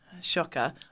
shocker